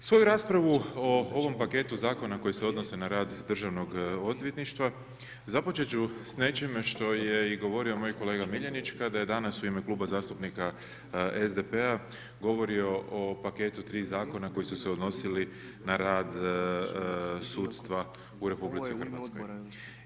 Svoju raspravu o ovom paketu zakona koji se odnose na rad Državnog odvjetništva započet ću s nečim što je govorio i moj kolega Miljenić kada je danas u ime Kluba zastupnika SDP-a govorio o paketu tri zakona koji su se odnosili na rad sudstva u Republici Hrvatskoj.